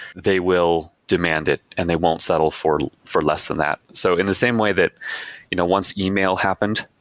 they will demand it and they won't settle for for less than that. so in the same way that you know once email happened,